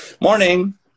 Morning